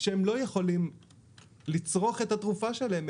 שהם לא יכולים לצרוך את התרופה שלהם.